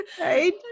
right